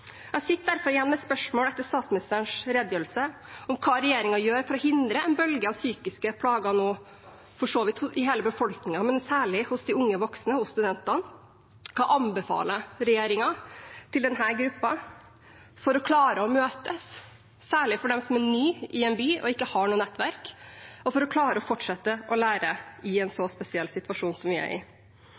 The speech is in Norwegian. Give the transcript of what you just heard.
Jeg sitter derfor igjen med spørsmål etter statsministerens redegjørelse om hva regjeringen gjør for å hindre en bølge av psykiske plager nå, for så vidt i hele befolkningen, men særlig hos de unge voksne, hos studentene. Hva anbefaler regjeringen til denne gruppa for å klare å møtes, særlig for dem som er nye i en by og ikke har noe nettverk, og for å klare å fortsette å lære i en så spesiell situasjon som vi er i?